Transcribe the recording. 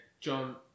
John